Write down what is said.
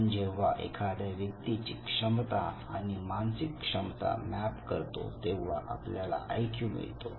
आपण जेव्हा एखाद्या व्यक्तीची क्षमता आणि मानसिक क्षमता मॅप करतो तेव्हा आपल्याला आईक्यू मिळतो